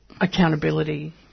accountability